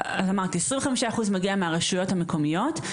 25% מגיע מהרשויות המקומיות,